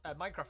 Minecraft